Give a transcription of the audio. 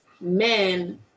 men